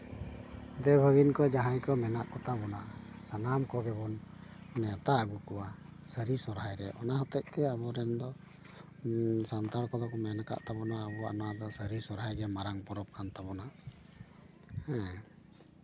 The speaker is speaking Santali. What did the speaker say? ᱫᱮᱣᱼᱵᱷᱟᱜᱤᱱ ᱠᱚ ᱡᱟᱦᱟᱸᱭ ᱠᱚ ᱢᱮᱱᱟᱜ ᱠᱚᱛᱟ ᱵᱚᱱᱟ ᱥᱟᱱᱟᱢ ᱠᱚᱜᱮ ᱵᱚᱱ ᱱᱮᱶᱛᱟ ᱟᱹᱜᱩ ᱠᱚᱣᱟ ᱥᱟᱹᱨᱤ ᱥᱚᱦᱨᱟᱭ ᱨᱮ ᱚᱱᱟ ᱦᱚᱛᱮᱫ ᱛᱮ ᱟᱵᱚ ᱨᱮᱱ ᱫᱚ ᱥᱟᱱᱛᱟᱲ ᱠᱚᱫᱚ ᱠᱚ ᱢᱮᱱ ᱠᱟᱜ ᱛᱟᱵᱚᱱᱟ ᱟᱵᱚᱱᱟᱜ ᱱᱚᱣᱟ ᱫᱚ ᱥᱟᱹᱨᱤ ᱥᱚᱦᱨᱟᱭ ᱜᱮ ᱢᱟᱨᱟᱝ ᱯᱚᱨᱚᱵᱽ ᱠᱟᱱ ᱛᱟᱵᱚᱱᱟ ᱦᱮᱸ